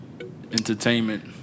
entertainment